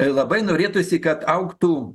labai norėtųsi kad augtų